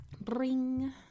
Bring